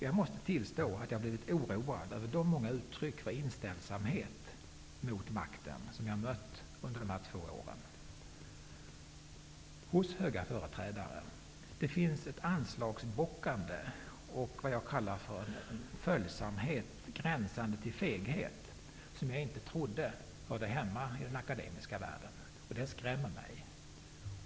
Jag måste tillstå att jag har blivit oroad över de många uttryck för inställsamhet gentemot makten som jag har mött under de här två åren hos höga företrädare. Det finns ett, som jag kallar det, anslagsbockande och en följsamhet gränsande till feghet som jag inte trodde hörde hemma i den akademiska världen. Det skrämmer mig.